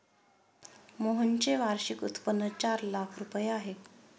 मोहनचे वार्षिक उत्पन्न चार लाख रुपये आहे